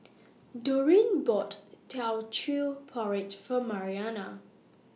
Doreen bought Teochew Porridge For Mariana